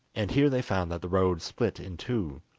and here they found that the road split in two.